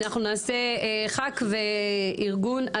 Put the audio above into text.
אנחנו נעשה ח"כ וארגון,